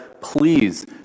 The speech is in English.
Please